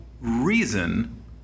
reason